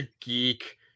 geek